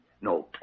No